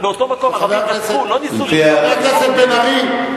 חבר הכנסת בן-ארי,